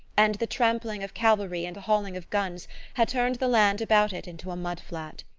and the trampling of cavalry and the hauling of guns had turned the land about it into a mud-flat.